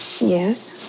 Yes